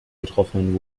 betroffenen